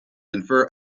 infer